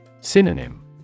Synonym